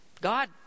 God